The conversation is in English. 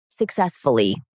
successfully